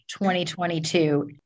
2022